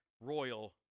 royal